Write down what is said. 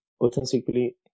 authentically